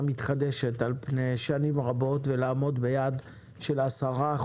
מתחדשת על פני שנים רבות ולעמוד ביעד של 10%,